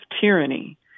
tyranny